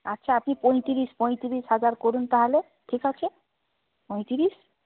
আচ্ছা আপনি পঁয়ত্রিশ পঁয়ত্রিশ হাজার করুন তাহলে ঠিক আছে পঁয়ত্রিশ